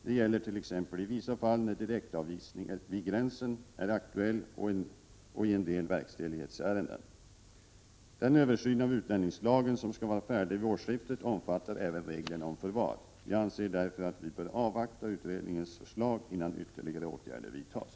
Det gäller t.ex. i vissa fall när direktanvisning vid gränsen är aktuell och i en del verkställighetsärenden. Den översyn av utlänningslagen som skall vara färdig vid årsskiftet omfattar även reglerna om förvar. Jag anser därför att vi bör avvakta utredningens förslag innan ytterligare åtgärder vidtas.